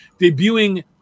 Debuting